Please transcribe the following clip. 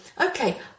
Okay